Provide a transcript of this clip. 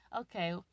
Okay